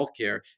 healthcare